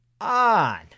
on